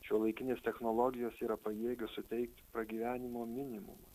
šiuolaikinės technologijos yra pajėgios suteikti pragyvenimo minimumą